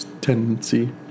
tendency